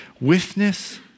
Witness